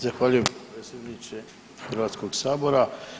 Zahvaljujem potpredsjedniče Hrvatskog sabora.